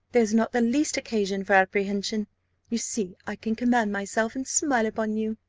there's not the least occasion for apprehension you see i can command myself, and smile upon you.